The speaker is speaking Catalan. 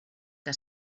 que